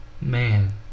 Man